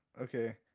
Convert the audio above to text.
Okay